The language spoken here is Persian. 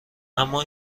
اما